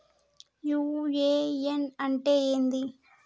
UAN అంటే ఏంది?